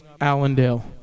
Allendale